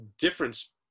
difference